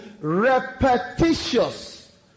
repetitious